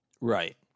Right